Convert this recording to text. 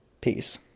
Peace